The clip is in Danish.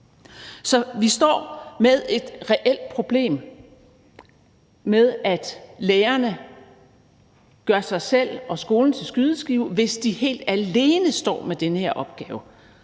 Så vi står med et reelt problem med, at lærerne gør sig selv og skolen til skydeskive, hvis de helt alene står med den her opgave.